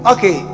Okay